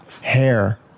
hair